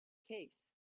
case